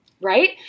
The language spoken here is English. Right